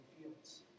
fields